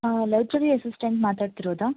library assistant ಮಾತಾಡ್ತಿರೋದಾ